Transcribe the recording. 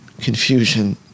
confusion